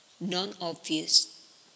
non-obvious